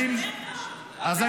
אתם